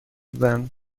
then